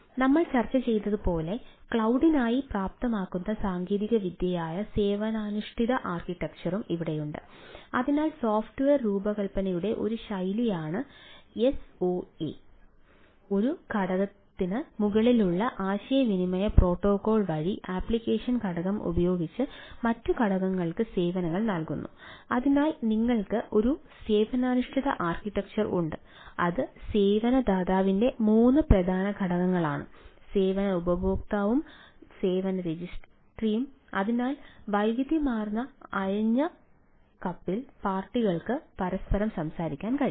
നമ്മൾ ചർച്ച ചെയ്തതുപോലെ ക്ലൌഡിനായി പ്രാപ്തമാക്കുന്ന സാങ്കേതികവിദ്യയായ സേവനാധിഷ്ഠിത ആർക്കിടെക്ചറും ഉണ്ട് അത് സേവന ദാതാവിന്റെ മൂന്ന് പ്രധാന ഘടകങ്ങളാണ് സേവന ഉപഭോക്താവും സേവന രജിസ്ട്രിയും അതിനാൽ വൈവിധ്യമാർന്ന അയഞ്ഞ കപ്പിൾ പാർട്ടികൾക്ക് പരസ്പരം സംസാരിക്കാൻ കഴിയും